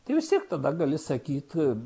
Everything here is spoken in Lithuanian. tai vis tiek tada gali sakyt